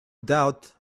doubt